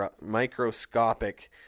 microscopic